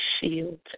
shield